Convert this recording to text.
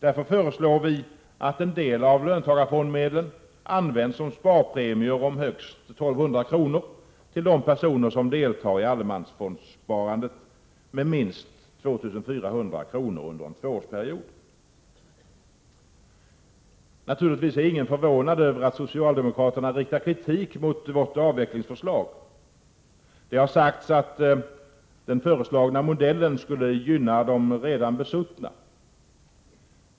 Därför föreslår vi att en del av löntagarfondsmedlen används som sparpremier om högst 1 200 kr. till de personer som deltar i allemansfondssparandet med minst 2 400 kr. under en tvåårsperiod. Naturligtvis är ingen förvånad över att socialdemokraterna riktar kritik mot vårt avvecklingsförslag. Det har sagts att den föreslagna modellen skulle gynna de redan besuttna.